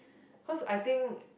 cause I think